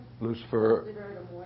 Lucifer